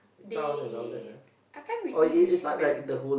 they I can't really remember